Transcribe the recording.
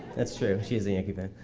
that's true she is a yankee fan.